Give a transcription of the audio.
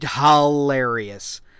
hilarious